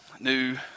new